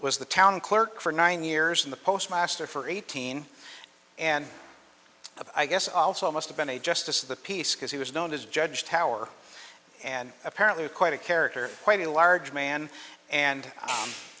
was the town clerk for nine years in the postmaster for eighteen and i guess also must have been a justice of the peace because he was known as judge tower and apparently quite a character quite a large man and